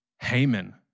Haman